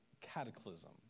cataclysm